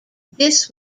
this